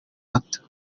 hato